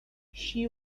she